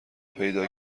پیدا